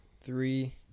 Three